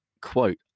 quote